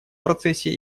процессе